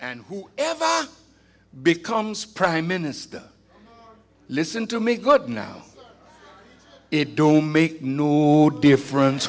and who ever becomes prime minister listen to me good now it don't make new difference